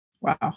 Wow